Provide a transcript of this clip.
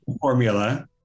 Formula